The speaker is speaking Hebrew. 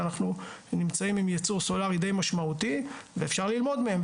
אנחנו נמצאים עם ייצור סולארי די משמעותי ואפשר ללמוד מהם.